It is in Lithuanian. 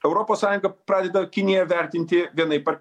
europos sąjunga pradeda kiniją vertinti vienaip ar